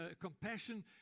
compassion